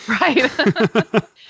Right